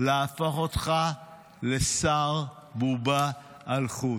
להפוך אותך לשר בובה על חוט.